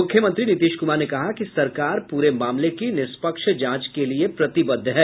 मुख्यमंत्री नीतीश कुमार ने कहा कि सरकार पूरे मामले की निष्पक्ष जांच के लिये प्रतिबद्ध है